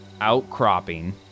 outcropping